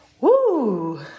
Woo